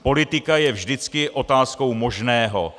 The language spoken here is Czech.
Politika je vždycky otázkou možného.